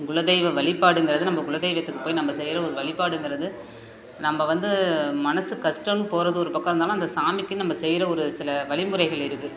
குலதெய்வ வழிப்பாடுங்கறது நம்ம குலதெய்வத்துக்கு போய் நம்ம செய்கிற ஒரு வழிப்பாடுங்கறது நம்ம வந்து மனது கஷ்டம்னு போகிறது ஒரு பக்கம் இருந்தாலும் அந்த சாமிக்கினு நம்ம செய்கிற ஒரு சில வழிமுறைகள் இருக்குது